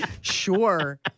Sure